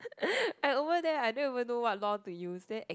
I over there I don't even know what law to use then e~